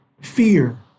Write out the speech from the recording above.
fear